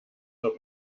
zur